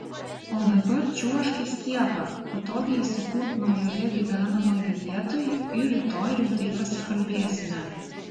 o dabar čiuožk į skiepą patogiai įsikurk naujoje gyvenamoje vietoj ir rytoj rimtai pasikalbėsime